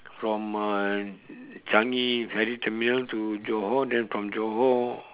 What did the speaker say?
from uh changi ferry terminal to johor then from johor